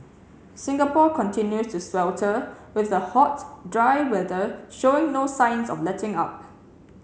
Singapore continues to swelter with the hot dry weather showing no signs of letting up